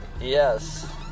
Yes